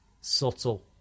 subtle